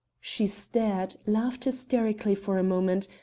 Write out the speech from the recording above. she stared, laughed hysterically for a moment,